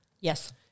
Yes